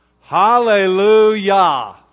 Hallelujah